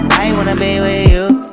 i wanna be with